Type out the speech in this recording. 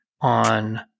on